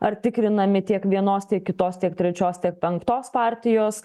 ar tikrinami tiek vienos tiek kitos tiek trečios tiek penktos partijos